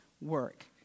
work